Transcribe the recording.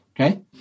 Okay